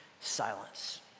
silence